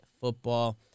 football